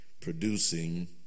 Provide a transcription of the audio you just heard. producing